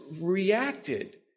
reacted